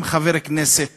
אם חבר כנסת